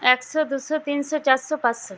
একশো দুশো তিনশো চারশো পাঁচশো